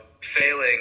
failing